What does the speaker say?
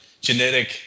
genetic